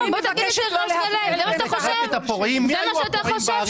זה מה שאתה חושב?